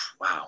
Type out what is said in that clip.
Wow